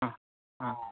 হ্যাঁ হ্যাঁ